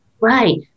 Right